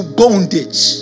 bondage